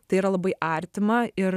tai yra labai artima ir